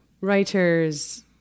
writers